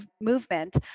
movement